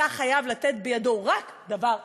אתה חייב לתת בידו רק דבר אחד,